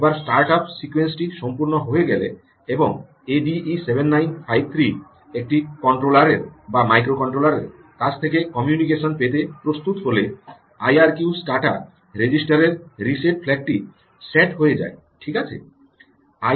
একবার স্টার্টআপ সিকোয়েন্সটি সম্পূর্ণ হয়ে গেলে এবং এডিই 7953 একটি কন্ট্রোলারের বা মাইক্রোকন্ট্রোলারের কাছ থেকে কমিউনিকেশন পেতে প্রস্তুত হলে আইআরকিউস্টাটা রেজিস্টারের রিসেট ফ্ল্যাগটি সেট হয়ে যায় ঠিক আছে